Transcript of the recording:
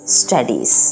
studies